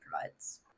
provides